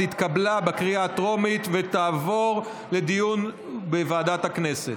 התקבלה בקריאה טרומית ותעבור לדיון בוועדת הכנסת.